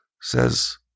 says